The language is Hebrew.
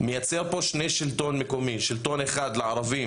מייצר פה שני שלטונות מקומיים: שלטון אחד לערבים,